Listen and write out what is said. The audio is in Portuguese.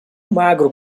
magro